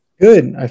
Good